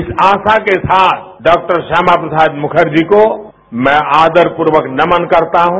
इस आशा के साथ डॉ श्यामा प्रसाद मुखर्जी जी को मैं आदरपूर्वक नमन करता हूं